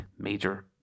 major